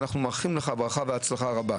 ומאחלים לך ברכה והצלחה רבה.